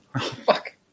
Fuck